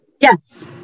Yes